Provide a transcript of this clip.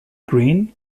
green